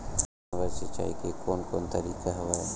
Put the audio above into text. चना बर सिंचाई के कोन कोन तरीका हवय?